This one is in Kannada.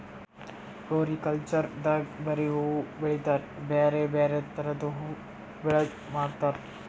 ಫ್ಲೋರಿಕಲ್ಚರ್ ದಾಗ್ ಬರಿ ಹೂವಾ ಬೆಳಿತಾರ್ ಬ್ಯಾರೆ ಬ್ಯಾರೆ ಥರದ್ ಹೂವಾ ಬೆಳದ್ ಮಾರ್ತಾರ್